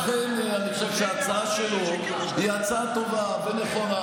לכן אני חושב שההצעה שלו היא הצעה טובה ונכונה,